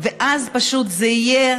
ואז פשוט זה יהיה